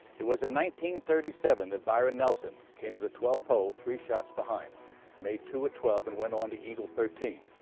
it was in nineteen-thirty-seven that byron nelson came to the twelfth hole three shots behind made two at twelve and went on to eagle at thirteen.